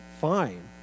fine